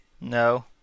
No